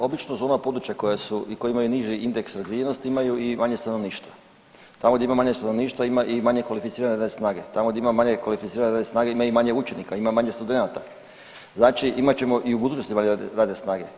Obično zone područja koja su i koji imaju niži indeks razvijenosti imaju i manje stanovništva, tamo gdje ima manje stanovništva ima i manje kvalificirane radne snage, tamo gdje ima manje kvalificirane radne snage ima i manje učenika, ima i manje studenata, znači imat ćemo i u budućnosti … radne snage.